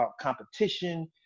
competition